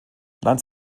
lanz